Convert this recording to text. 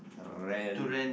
rent